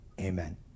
Amen